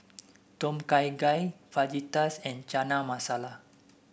Tom Kha Gai Fajitas and Chana Masala